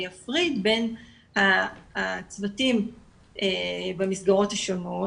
אני אפריד בין הצוותים במסגרות השונות,